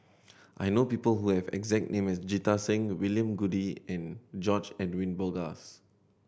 I know people who have exact name as Jita Singh William Goode and George Edwin Bogaars